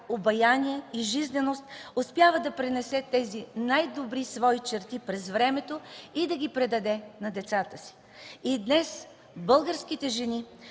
обаяние и жизненост успява да пренесе тези най-добри свои черти през времето и да ги предаде на децата си. И днес българските жени